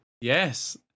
Yes